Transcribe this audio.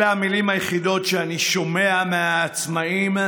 אלה המילים היחידות שאני שומע מהעצמאים,